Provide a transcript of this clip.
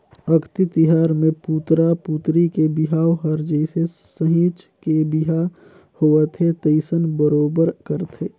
अक्ती तिहार मे पुतरा पुतरी के बिहाव हर जइसे सहिंच के बिहा होवथे तइसने बरोबर करथे